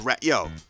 yo